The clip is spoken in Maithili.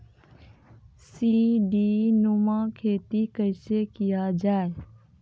सीडीनुमा खेती कैसे किया जाय?